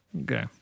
Okay